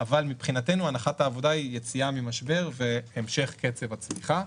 אבל מבחינתנו הנחת העבודה היא יציאה ממשבר והמשך קצב הצמיחה.